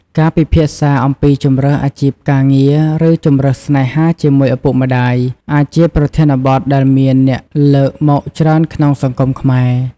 ការពិភាក្សាអំពីជម្រើសអាជីពការងារ ឬជម្រើសស្នេហាជាមួយឪពុកម្ដាយ អាចជាប្រធានបទដែលមានអ្នកលើកមកច្រើនក្នុងសង្គមខ្មែរ។